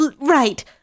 Right